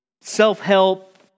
self-help